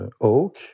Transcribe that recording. oak